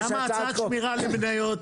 כמה הצעת שמירה למניות?